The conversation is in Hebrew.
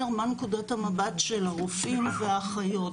מה נקודת המבט של הרופאים והאחיות,